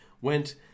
went